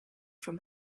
from